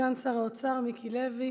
סגן שר האוצר מיקי לוי,